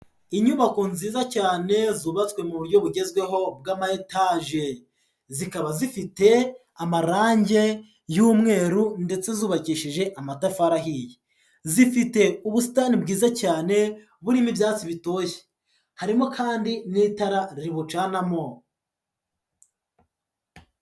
Inyubako nziza cyane zubatswe mu buryo bugezweho bw'ama etaje, zikaba zifite amarangi y'umweru ndetse zubakishije amatafari ahiye, zifite ubusitani bwiza cyane burimo ibyatsi bitoshye, harimo kandi n'itara ribucanamo.